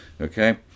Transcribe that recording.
okay